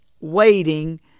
waiting